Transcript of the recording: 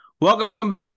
Welcome